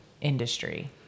industry